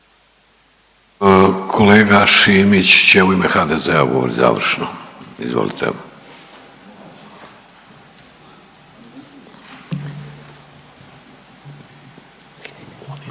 Kolega Šimić će u ime HDZ-a govorit završno. Izvolite.